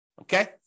Okay